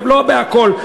לא בכול,